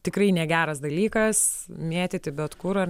tikrai negeras dalykas mėtyti bet kur ar